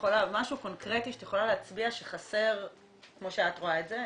משהו קונקרטי שאת יכולה להצביע עליו שחסר כמו שאת רואה את זה?